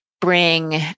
bring